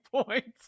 points